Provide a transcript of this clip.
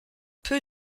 peu